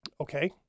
Okay